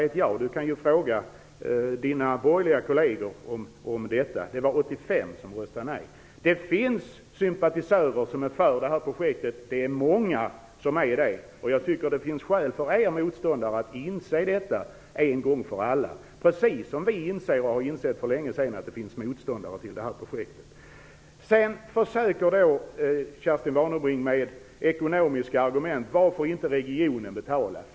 Kerstin Warnerbring kan ju fråga sina borgerliga kolleger om detta. Det var 85 som röstade nej. Det finns många sympatisörer till projektet. Jag tycker att det finns skäl för er motståndare att inse detta en gång för alla, precis som vi insett för länge sedan att det finns motståndare till projektet. Sedan försöker Kerstin Warnerbring med ekonomiska argument. Varför betalar inte regionen? frågar hon.